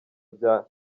bya